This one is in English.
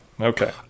Okay